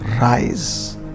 Rise